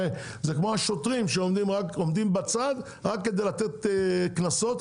זה כמו השוטרים שעומדים בצד רק כדי לתת קנסות,